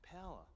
power